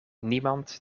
niemand